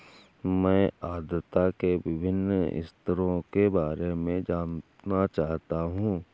मैं आर्द्रता के विभिन्न स्तरों के बारे में जानना चाहता हूं